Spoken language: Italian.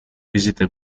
visite